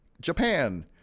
Japan